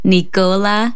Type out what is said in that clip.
Nicola